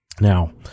Now